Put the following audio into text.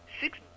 Six